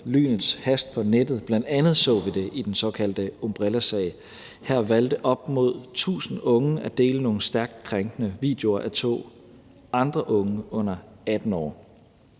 lynets hast på nettet. Vi så det bl.a. i den såkaldte Umbrellasag. Her valgte op mod tusind unge at dele nogle stærkt krænkende videoer af to andre unge under 18 år.